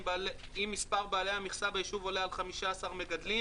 אם מספר בעלי המכסה ביישוב עולה על 15 מגדלים,